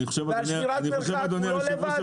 ועל שמירת מרחק הוא לא יודע לחשוב לבד?